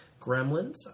Gremlins